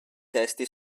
testi